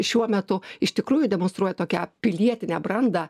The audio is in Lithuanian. šiuo metu iš tikrųjų demonstruoja tokią pilietinę brandą